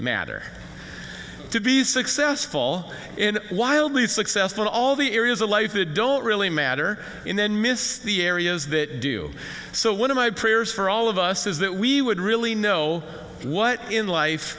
matter to be successful and wildly successful in all the areas of life they don't really matter and then miss the areas that do so one of my prayers for all of us is that we would really know what in life